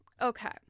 okay